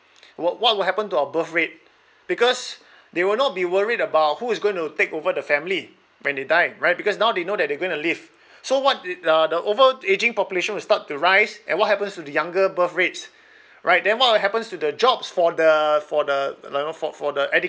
what what will happen to our birth rate because they will not be worried about who is going to take over the family when they die right because now they know that they're going to live so what did the the overageing population will start to rise and what happens to the younger birth rates right then what will happens to the jobs for the for the you know for the